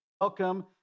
Welcome